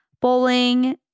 Bowling